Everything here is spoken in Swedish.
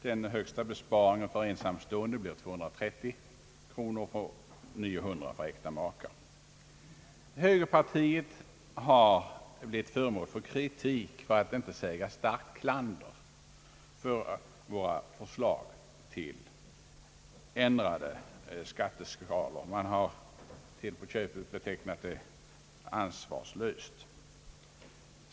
Den högsta besparingen blir för ensamstående 230 kronor och 900 kronor för äkta makar. Högerpartiet har blivit föremål för kritik för att inte säga starkt klander för våra förslag till ändrad skatteskala. Man har till och med betecknat dem som ansvarslösa.